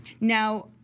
Now